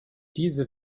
diese